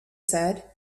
said